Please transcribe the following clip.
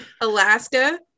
Alaska